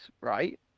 right